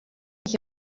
mich